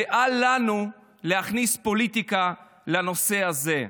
ואל לנו להכניס פוליטיקה לנושא הזה.